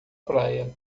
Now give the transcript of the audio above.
praia